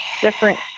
different